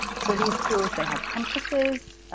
so, these tools they had compasses.